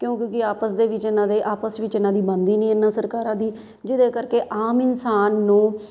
ਕਿਉਂ ਕਿਉਂਕਿ ਆਪਸ ਦੇ ਵਿੱਚ ਇਹਨਾਂ ਦੇ ਆਪਸ ਦੇ ਵਿੱਚ ਇਹਨਾਂ ਦੀ ਬਣਦੀ ਨਹੀਂ ਇਹਨਾਂ ਸਰਕਾਰਾਂ ਦੀ ਜਿਹਦੇ ਕਰਕੇ ਆਮ ਇਨਸਾਨ ਨੂੰ